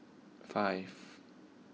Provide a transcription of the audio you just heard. five